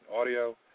audio